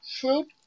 Fruit